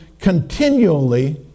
continually